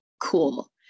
cool